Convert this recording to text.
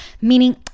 meaning